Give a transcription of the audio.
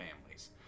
families